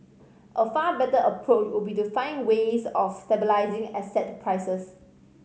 a far better approach would be to find ways of stabilising asset prices